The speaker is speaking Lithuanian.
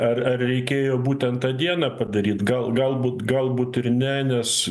ar ar reikėjo būtent tą dieną padaryt gal galbūt galbūt ir ne nes